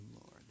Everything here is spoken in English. Lord